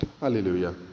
hallelujah